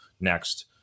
Next